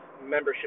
membership